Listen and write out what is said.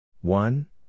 One